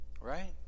right